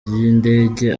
by’indege